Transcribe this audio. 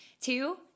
Two